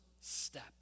step